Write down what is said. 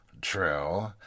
True